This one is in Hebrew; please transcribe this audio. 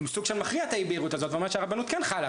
כאילו סוג שמכריע את אי הבהירות הזאת ואומר שהרבנות כן חלה.